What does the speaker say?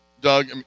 Doug